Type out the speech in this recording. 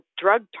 drug